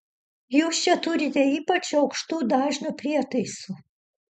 jūs čia turite ypač aukštų dažnių prietaisų